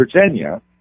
Virginia